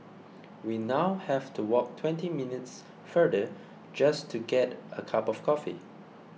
we now have to walk twenty minutes farther just to get a cup of coffee